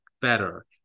better